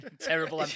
terrible